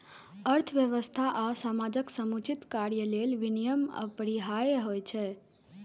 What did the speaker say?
अर्थव्यवस्था आ समाजक समुचित कार्य लेल विनियम अपरिहार्य होइ छै